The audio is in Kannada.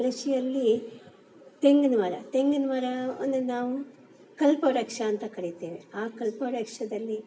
ಕೃಷಿಯಲ್ಲಿ ತೆಂಗಿನ ಮರ ತೆಂಗಿನ ಮರವನ್ನು ನಾವು ಕಲ್ಪವೃಕ್ಷ ಅಂತ ಕರಿತೇವೆ ಆ ಕಲ್ಪವೃಕ್ಷದಲ್ಲಿ